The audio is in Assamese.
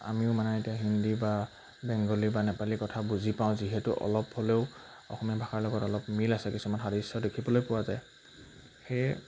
আমিও মানে এতিয়া হিন্দী বা বেংগলী বা নেপালী কথা বুজি পাওঁ যিহেতু অলপ হ'লেও অসমীয়া ভাষাৰ লগত অলপ মিল আছে কিছুমান সাদৃশ্য দেখিবলৈ পোৱা যায় সেয়ে